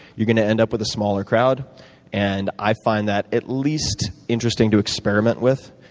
you're going to end up with a smaller crowd and i find that at least interesting to experiment with.